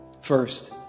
First